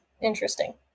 interesting